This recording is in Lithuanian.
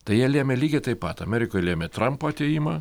tai jie lėmė lygiai taip pat amerikoj lėmė trampo atėjimą